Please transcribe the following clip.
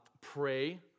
pray